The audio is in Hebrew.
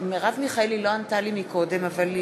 מרב מיכאלי, אינה